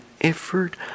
effort